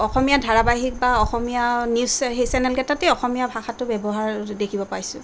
অসমীয়া ধাৰাবাহিক বা Asomiya news channel কেইটাতে অসমীয়া ভাষাটো ব্যৱহাৰ দেখিব পাইছোঁ